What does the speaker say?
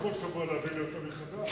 אי-אפשר בכל שבוע להביא לי אותה מחדש.